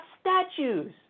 statues